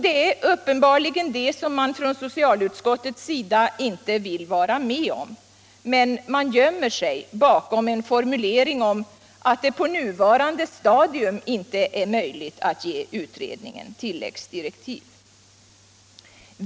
Det är uppenbarligen det som socialutskottet inte vill vara med om, men man gömmer sig bakom cn formulering om att det på nuvarande stadium inte är möjligt att ge utredningen tillläggsdirektiv.